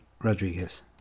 Rodriguez